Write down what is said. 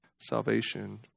salvation